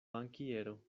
bankiero